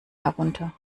herunter